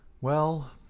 Well